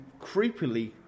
creepily